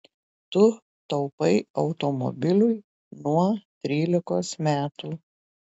tu taupai automobiliui nuo trylikos metų